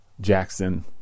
Jackson